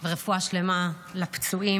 ורפואה שלמה לפצועים.